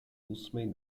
ósmej